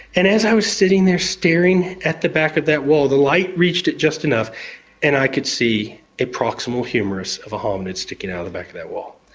and as i was sitting there staring at the back of that wall, the light reached it just enough and i could see a proximal humerus of a hominid sticking out the back of that wall.